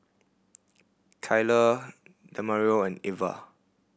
Kyler Demario and Irva